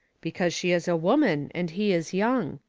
because she is a woman and he is young.